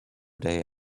day